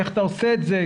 איך אתה עושה את זה,